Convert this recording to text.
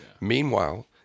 Meanwhile